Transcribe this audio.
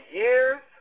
years